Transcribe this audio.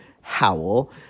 Howell